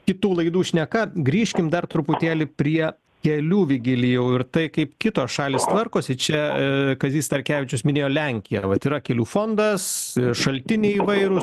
kitų laidų šneka grįžkim dar truputėlį prie kelių vigilijau ir tai kaip kitos šalys tvarkosi čia kazys starkevičius minėjo lenkija vat yra kelių fondas šaltiniai įvairūs